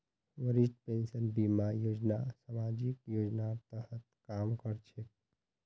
वरिष्ठ पेंशन बीमा योजना सामाजिक योजनार तहत काम कर छेक